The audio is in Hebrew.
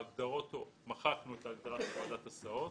בהגדרות מחקנו את ההגדרה של ועדת הסעות.